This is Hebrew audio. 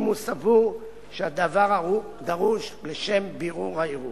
אם הוא סבור שהדבר דרוש לשם בירור הערעור.